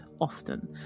often